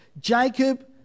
Jacob